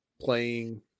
playing